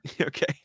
Okay